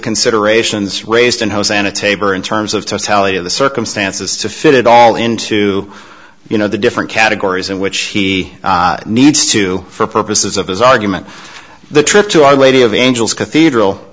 considerations raised in hosanna tabor in terms of totality of the circumstances to fit it all into you know the different categories in which he needs to for purposes of his argument the trip to our lady of angels cathedral